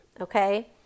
okay